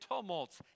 tumults